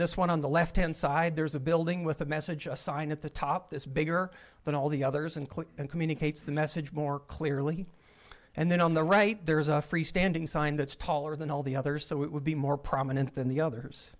this one on the left hand side there's a building with a message a sign at the top this bigger than all the others and click and communicates the message more clearly and then on the right there is a free standing sign that's taller than all the others so it would be more prominent than the others